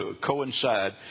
coincide